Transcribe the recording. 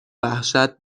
وحشت